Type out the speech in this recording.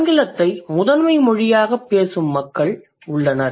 ஆங்கிலத்தை முதன்மை மொழியாகப் பேசும் மக்கள் உள்ளனர்